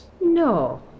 No